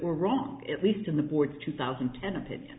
were wrong at least in the board's two thousand and ten opinion